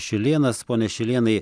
šilėnas pone šilėnai